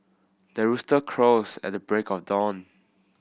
the rooster crows at the break of dawn